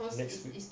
next week